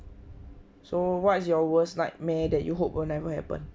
so what's your worst nightmare that you hope will never happen